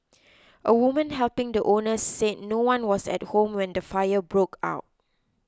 a woman helping the owners said no one was at home when the fire broke out